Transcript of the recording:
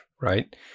right